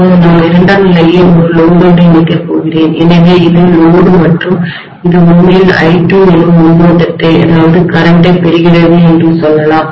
இப்போது நான் இரண்டாம் நிலையை ஒரு சுமையோடுலோடோடு இணைக்கப் போகிறேன் எனவே இது சுமைலோடு மற்றும் இது உண்மையில் I2 என்னும்மின்னோட்டத்தைகரண்ட்டை பெறுகிறது என்று சொல்லலாம்